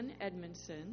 Edmondson